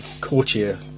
Courtier